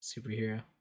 superhero